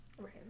Right